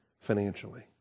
financially